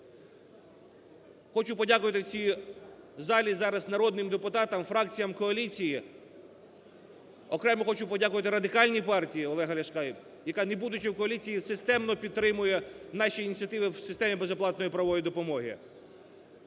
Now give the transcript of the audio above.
Хочу подякувати в цій залі зараз народним депутатам, фракціям коаліції, окремо хочу подякувати Радикальної партії Олега Ляшка, яка, не будучи в коаліції, системно підтримує наші ініціативи в системі безоплатної правової допомоги.